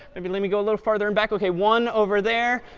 i mean let me go a little farther in back. ok, one over there.